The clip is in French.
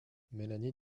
mélanie